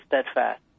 steadfast